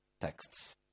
texts